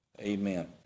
amen